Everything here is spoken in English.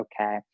okay